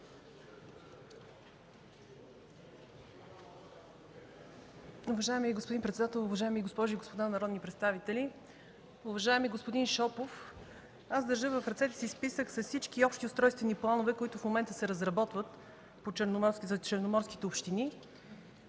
Уважаеми господин председател, уважаеми госпожи и господа народни представители! Уважаеми господин Шопов, държа в ръцете си списък с всички общи устройствени планове, които в момента се разработват по черноморските общини.